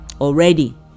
already